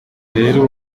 rero